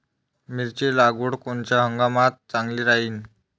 मिरची लागवड कोनच्या हंगामात चांगली राहीन?